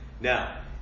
Now